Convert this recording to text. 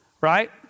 right